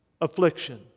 affliction